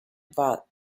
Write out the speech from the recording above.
war